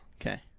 Okay